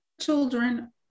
children